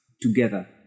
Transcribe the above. together